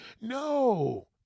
no